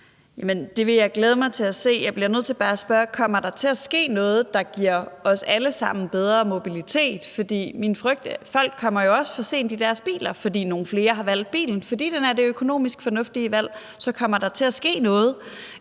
Jeg bliver bare nødt til at spørge: Kommer der til at ske noget, der giver os alle sammen bedre mobilitet? For folk kommer jo også for sent i deres biler, når flere vælger bilen, fordi den er det økonomisk fornuftige valg. Så kommer der til at ske noget,